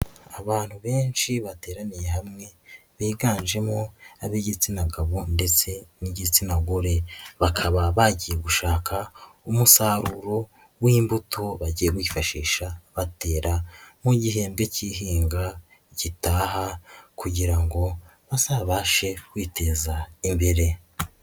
Abantu benshi bateraniye hamwe, biganjemo ab'igitsina gabo ndetse n'igitsina gore, bakaba bagiye gushaka umusaruro w'imbuto bagiye bifashisha batera mu gihembwe cy'ihinga gitaha kugira ngo bazabashe kwiteza imbere.